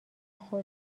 خود